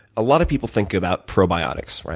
a lot of people think about probiotics.